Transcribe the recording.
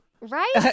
Right